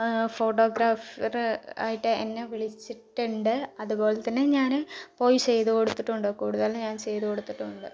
photographer ആയിട്ട് എന്നെ വിളിച്ചിട്ടുണ്ട് അതുപോലെ തന്നെ ഞാന് പോയി ചെയ്ത് കൊടുത്തിട്ടും ഉണ്ട് കൂടുതൽ ഞാൻ ചെയ്ത് കൊടുത്തിട്ടുമുണ്ട്